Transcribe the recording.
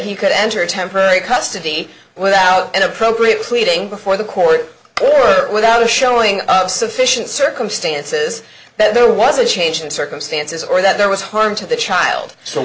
he could enter temporary custody without an appropriate pleading before the court order without showing sufficient circumstances that there was a change in circumstances or that there was harm to the child so